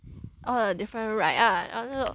all the different rides ah